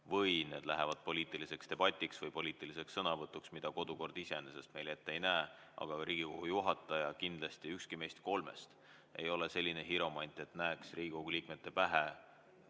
need üle poliitiliseks debatiks või poliitiliseks sõnavõtuks, mida kodukord iseenesest meile ette ei näe, aga Riigikogu juhataja kindlasti – ükski meist kolmest ei ole selline hiromant, et näeks Riigikogu liikmete pähe,